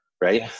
right